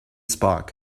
spark